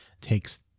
takes